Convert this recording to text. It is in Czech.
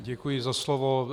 Děkuji za slovo.